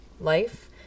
life